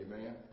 Amen